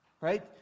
right